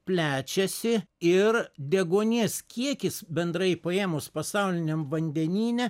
plečiasi ir deguonies kiekis bendrai paėmus pasauliniam vandenyne